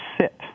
sit